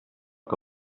que